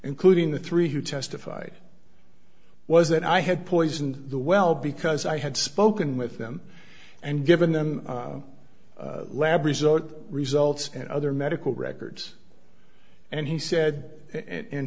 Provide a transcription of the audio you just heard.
including the three who testified was that i had poisoned the well because i had spoken with them and given them lab results results and other medical records and he said and